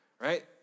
right